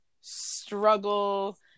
struggle